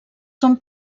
són